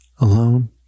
alone